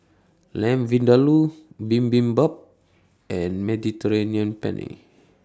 Lamb Vindaloo Bibimbap and Mediterranean Penne